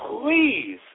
please